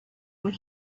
when